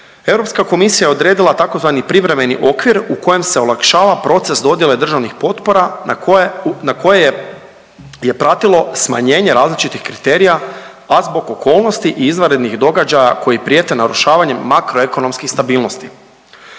Europska komisija je odredila tzv. privremeni okvir u kojem se olakšava proces dodjele državnih potpora na koje je pratilo smanjenje različitih kriterija, a zbog okolnosti i izvanrednih događaja koji prijete narušavanjem makroekonomskih stabilnosti.